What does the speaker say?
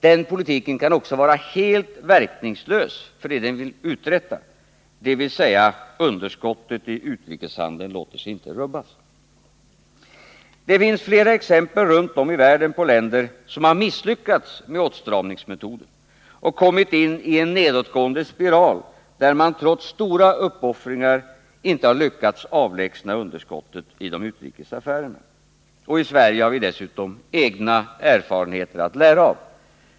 Den politiken kan också vara helt verkningslös för det som den vill uträtta, och underskottet i utrikeshandeln låter sig inte | rubbas. Det finns flera exempel runt om i världen på länder som misslyckats med åtstramningsmetoden och kommit in i en nedåtgående spiral, där man trots | stora uppoffringar inte lyckats avlägsna underskottet i de utrikes affärerna. I 81 Sverige har vi dessutom egna erfarenheter att lära av.